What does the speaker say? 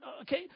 Okay